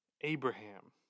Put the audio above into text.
Abraham